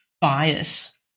bias